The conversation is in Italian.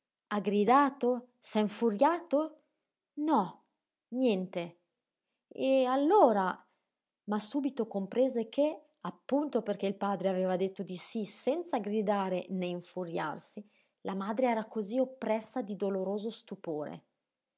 ha gridato s'è infuriato no niente e allora ma subito comprese che appunto perché il padre aveva detto di sí senza gridare né infuriarsi la madre era cosí oppressa di doloroso stupore